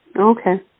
Okay